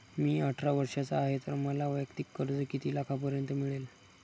मी अठरा वर्षांचा आहे तर मला वैयक्तिक कर्ज किती लाखांपर्यंत मिळेल?